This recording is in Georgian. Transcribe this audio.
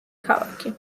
ქალაქი